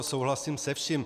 Souhlasím se vším.